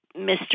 Mr